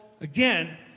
again